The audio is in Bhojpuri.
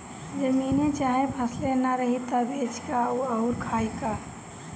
जमीने चाहे फसले ना रही त बेची का अउर खाई का